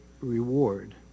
reward